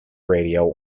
radio